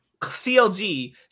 CLG